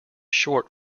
short